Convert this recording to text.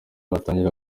yatangira